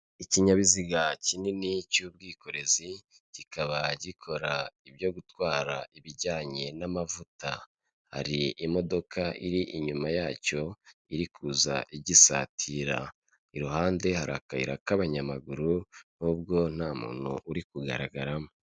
Ikinyabiziga kinini cy'ubwikorezi, kikaba gikora ibyo gutwara ibijyanye n'amavuta. Hari imodoka iri inyuma yacyo iri kuza igisatira. Iruhande hari akayira k'abanyamaguru n'ubwo nta muntu uri kugaragaramo.